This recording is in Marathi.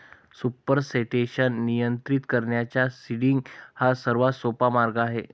सुपरसेटेशन नियंत्रित करण्याचा सीडिंग हा सर्वात सोपा मार्ग आहे